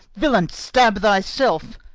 villain, stab thyself!